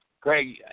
Greg